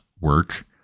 work